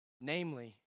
namely